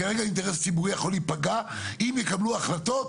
כרגע האינטרס הציבורי יכול להיפגע אם יקבלו החלטות,